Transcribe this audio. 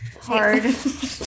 Hard